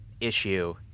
issue